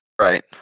Right